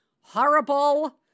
horrible